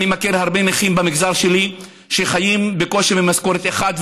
אני מכיר הרבה נכים במגזר שלי שחיים בקושי ממשכורת אחת,